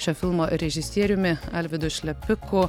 šio filmo režisieriumi alvydu šlepiku